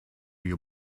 your